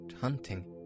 hunting